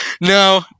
No